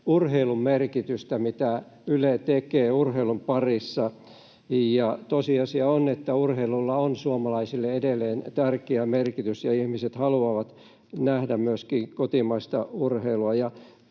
urheilun merkitystä, sitä mitä Yle tekee urheilun parissa. Tosiasia on, että urheilulla on suomalaisille edelleen tärkeä merkitys ja ihmiset haluavat nähdä myöskin kotimaista urheilua.